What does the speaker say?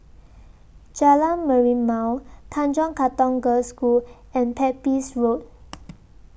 Jalan Merlimau Tanjong Katong Girls' School and Pepys Road